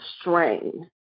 strain